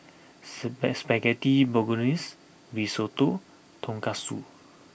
Spaghetti Bolognese Risotto Tonkatsu